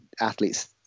athletes